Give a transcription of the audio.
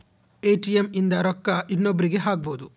ATM ಇಂದ ರೊಕ್ಕ ಇನ್ನೊಬ್ರೀಗೆ ಹಕ್ಬೊದು